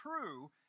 true